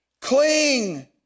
Cling